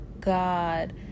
God